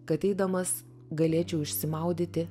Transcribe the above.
kad eidamas galėčiau išsimaudyti